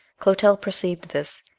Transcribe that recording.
clotel perceived this,